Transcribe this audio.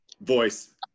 voice